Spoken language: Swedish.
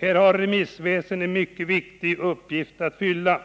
Här har remissväsendet en mycket viktig uppgift att fylla.